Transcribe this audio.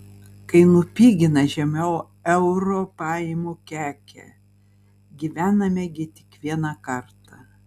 kai nupigina žemiau euro paimu kekę gyvename gi tik vieną kartą